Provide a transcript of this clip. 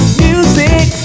music